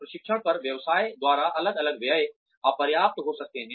प्रशिक्षण पर व्यवसाय द्वारा अलग अलग व्यय अपर्याप्त हो सकते हैं